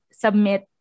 submit